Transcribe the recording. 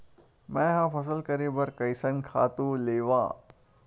मैं ह फसल करे बर कइसन खातु लेवां?